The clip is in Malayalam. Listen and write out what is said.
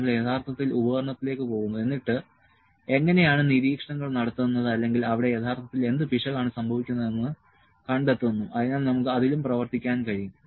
നമ്മൾ യഥാർത്ഥത്തിൽ ഉപകരണത്തിലേക്ക് പോകുന്നു എന്നിട്ട് എങ്ങനെയാണ് നിരീക്ഷണങ്ങൾ നടത്തുന്നത് അല്ലെങ്കിൽ അവിടെ യഥാർത്ഥത്തിൽ എന്ത് പിശകാണ് സംഭവിക്കുന്നതെന്ന് കണ്ടെത്തുന്നു അതിനാൽ നമുക്ക് അതിലും പ്രവർത്തിക്കാൻ കഴിയും